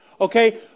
Okay